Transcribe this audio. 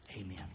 Amen